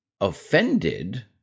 offended